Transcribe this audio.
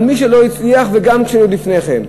אבל מי שלא הצליח, וגם עוד לפני כן,